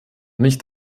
nicht